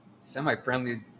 semi-friendly